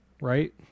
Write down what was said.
right